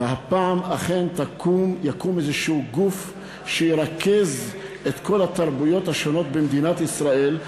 והפעם אכן יקום איזשהו גוף שירכז את כל התרבויות השונות במדינת ישראל.